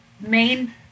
main